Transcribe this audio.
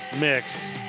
mix